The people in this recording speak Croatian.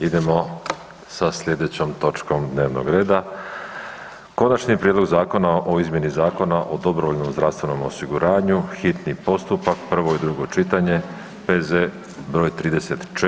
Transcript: Idemo sa sljedećom točkom dnevnog reda Konačni prijedlog zakona o izmjeni Zakona o dobrovoljnom zdravstvenom osiguranju, hitni postupak, prvo i drugo čitanje, P.Z. br. 34.